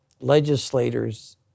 legislators